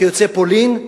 כיוצאי פולין,